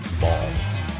Balls